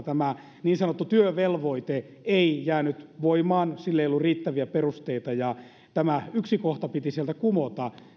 tämä niin sanottu työvelvoite ei jäänyt voimaan sille ei ollut riittäviä perusteita ja tämä yksi kohta piti sieltä kumota